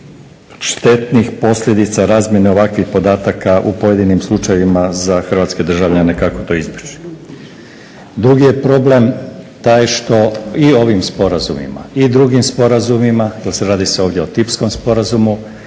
štetnih posljedica razmjene ovakvih podataka u pojedinim slučajevima za hrvatske državljane kako to izbjeći. Drugi je problem taj što i ovim sporazumima i drugim sporazumima jer radi se ovdje o tipskom sporazumu,